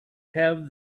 have